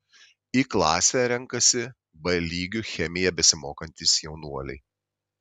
į klasę renkasi b lygiu chemiją besimokantys jaunuoliai